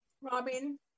Robin